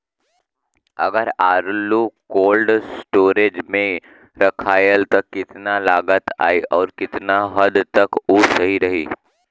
अगर आलू cold storage में रखायल त कितना लागत आई अउर कितना हद तक उ सही रही?